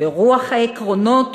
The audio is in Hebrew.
ברוח העקרונות